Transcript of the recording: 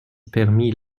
permit